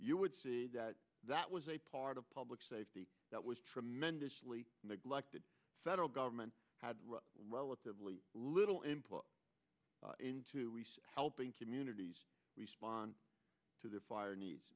you would see that that was a part of public safety that was tremendously neglected federal government had relatively little input into helping communities respond to the fire n